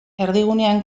erdigunean